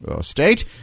state